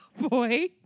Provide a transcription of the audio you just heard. Boy